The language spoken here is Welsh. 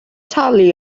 talu